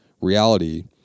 reality